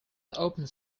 opened